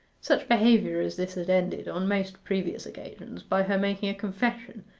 such behaviour as this had ended, on most previous occasions, by her making a confession,